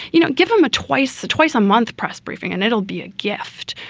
you know, give him a twice a twice a month press briefing and it'll be a gift.